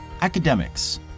academics